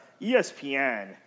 ESPN –